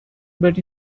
but